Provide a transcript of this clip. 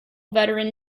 veteran